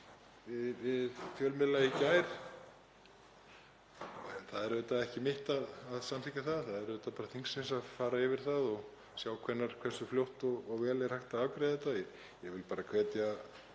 við fjölmiðla í gær, en það er auðvitað ekki mitt að samþykkja það. Það er auðvitað bara þingsins að fara yfir það og sjá hversu fljótt og vel er hægt að afgreiða þetta. Ég vil bara hvetja